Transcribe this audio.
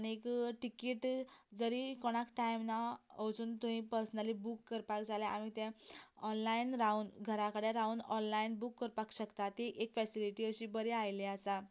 आनीक टिकेट जरी कोणाक टायम ना वचून थंय पर्सनली बूक करपाक जाल्यार आमी ते ऑनलायन रावन घरा कडेन रावन ऑनलायन बूक करपाक शकता ती फेसीलिटी अशीं बरी आयली आसा